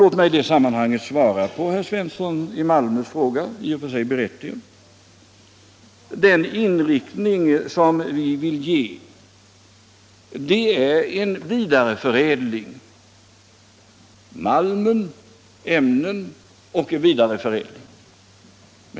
Låt mig i det sammanhanget svara på herr Svenssons i Malmö fråga —- i och för sig berättigad — om den inriktning som vi vill ge här: malmen, stålämnen och vidareförädling.